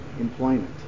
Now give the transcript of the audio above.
employment